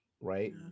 right